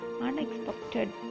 unexpected